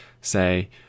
say